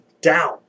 down